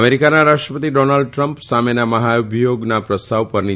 અમેરીકાના રાષ્ટ્રપતિ Donald Trump સામેનો મહાઅભિયોગના પ્રસ્તાવ પરની